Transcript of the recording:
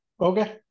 Okay